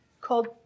called